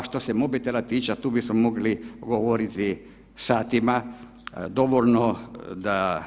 A što se mobitela tiče, a tu bismo mogli govoriti satima, dovoljno da